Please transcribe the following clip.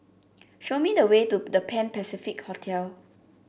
show me the way to The Pan Pacific Hotel